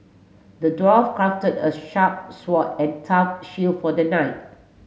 the dwarf crafted a sharp sword and tough shield for the knight